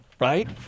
right